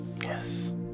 Yes